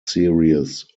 series